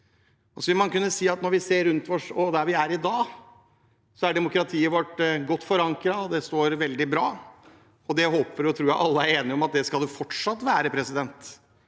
når vi ser rundt oss der vi er i dag, er demokratiet vårt godt forankret og står veldig bra. Jeg håper og tror alle er enige om at det skal det fortsatt være, men det